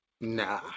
Nah